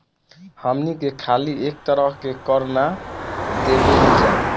हमनी के खाली एक तरह के कर ना देबेनिजा